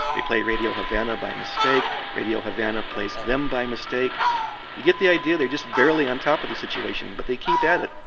they play radio havana by mistake, radio havana plays them by mistake. you get the idea, they are just barely on top of the situation, but they keep at